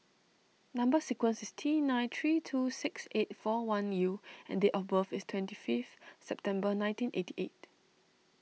Number Sequence is T nine three two six eight four one U and date of birth is twenty fifth September nineteen eighty eight